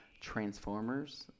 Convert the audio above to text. Transformers